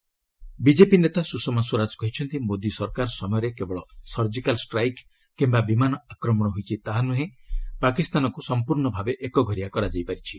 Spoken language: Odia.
ଗ୍ରଜରାତ ସ୍ରଷମା ବିଜେପି ନେତା ସ୍ରଷମା ସ୍ୱରାଜ କହିଛନ୍ତି ମୋଦି ସରକାର ସମୟରେ କେବଳ ସର୍ଜିକାଲ୍ ଷ୍ଟ୍ରାଇକ୍ କିମ୍ବା ବିମାନ ଆକ୍ରମଣ ହୋଇଛି ତାହା ନୁହେଁ ପାକିସ୍ତାନକ୍ ସମ୍ପର୍ଶ୍ଣ ଭାବେ ଏକଘରିଆ କରାଯାଇ ପାରିଛି